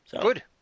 good